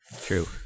True